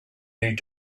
need